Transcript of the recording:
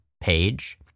page